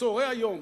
"בצהרי היום".